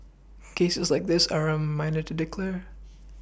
cases like this are a reminder to declare